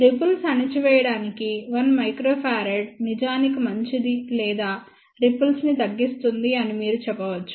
ripples అణచివేయడానికి 1 uF నిజానికి మంచిది లేదా రిపుల్స్ ని తగ్గిస్తుంది అని మీరు చెప్పవచ్చు